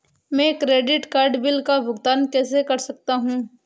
मैं credit card bill का भुगतान कैसे कर सकता हूं?